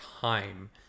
time